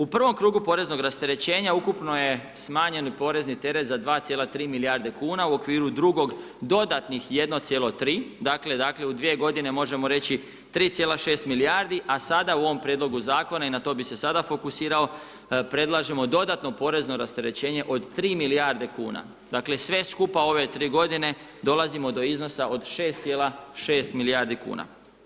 U prvom krugu poreznog rasterećenja ukupno je smanjen porezni teret za 2,3 milijarde kuna u okviru drugog dodatnih 1,3 dakle u 2 godine možemo reći 3,6 milijardi a sada u ovom prijedlogu zakona i na to bi se sada fokusirao predlažemo dodatno porezno rasterećenje od 3 milijarde kuna, dakle sve skupa u ove tri godine dolazimo do iznosa od 6,6 milijardi kuna.